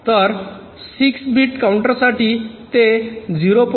तर 6 बिट काउंटरसाठी ते 0